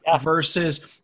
versus